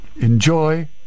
enjoy